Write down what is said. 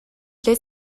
дьэ